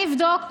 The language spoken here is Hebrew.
אני אבדוק.